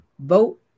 vote